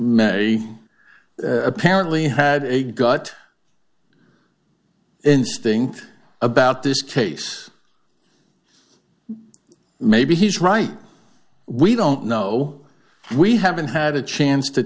may apparently had a gut instinct about this case maybe he's right we don't know we haven't had a chance to